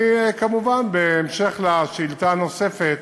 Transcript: אני, כמובן בהמשך לשאילתה הנוספת,